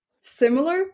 similar